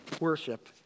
worship